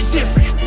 different